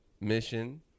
mission